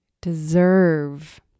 deserve